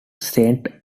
saint